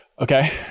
Okay